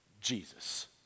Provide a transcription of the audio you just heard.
Jesus